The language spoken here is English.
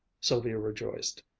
sylvia rejoiced,